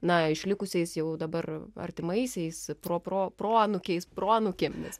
na išlikusiais jau dabar artimaisiais proproproanūkiais proanūkėmis